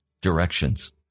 directions